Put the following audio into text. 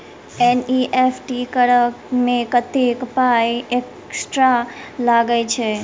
NEFT करऽ मे कत्तेक पाई एक्स्ट्रा लागई छई?